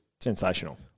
sensational